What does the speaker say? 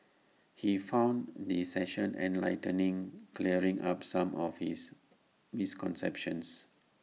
he found the session enlightening clearing up some of his misconceptions